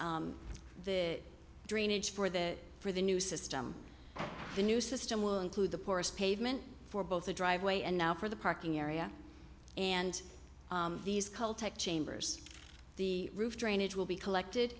the drainage for that for the new system the new system will include the poorest pavement for both the driveway and now for the parking area and these caltech chambers the roof drainage will be collected